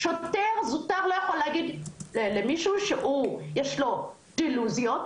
שוטר זוטר לא יכול להגיד למישהו שיש לו דלוזיות,